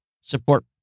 support